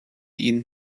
ihn